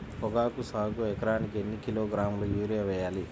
పొగాకు సాగుకు ఎకరానికి ఎన్ని కిలోగ్రాముల యూరియా వేయాలి?